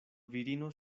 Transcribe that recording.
virino